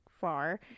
far